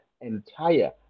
entire